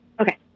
Okay